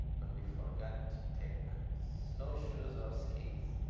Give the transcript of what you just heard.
but we forgot to take snowshoes or skis.